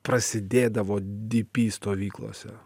prasidėdavo dypy stovyklose